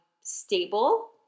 stable